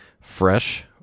fresh